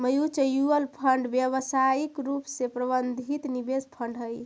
mutual fund व्यावसायिक रूप से प्रबंधित निवेश फंड हई